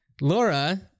Laura